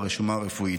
ברשומה הרפואית,